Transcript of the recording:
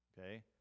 Okay